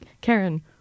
Karen